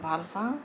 ভালপাওঁ